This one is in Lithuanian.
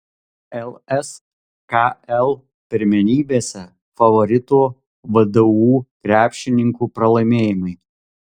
lskl pirmenybėse favoritų vdu krepšininkų pralaimėjimai